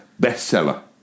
bestseller